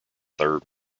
third